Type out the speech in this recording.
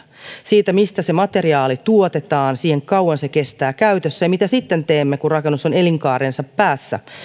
siitä mistä se materiaali tuotetaan siihen kauanko se kestää käytössä ja siihen mitä teemme sitten kun rakennus on elinkaarensa päässä